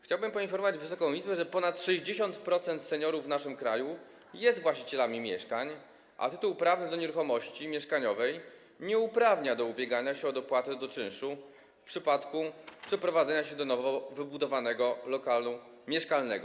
Chciałbym poinformować Wysoką Izbę, że ponad 60% seniorów w naszym kraju jest właścicielami mieszkań, a tytuł prawny do nieruchomości mieszkaniowej nie uprawnia do ubiegania się o dopłatę do czynszu w przypadku przeprowadzenia się do nowo wybudowanego lokalu mieszkalnego.